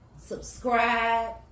subscribe